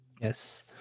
Yes